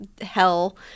hell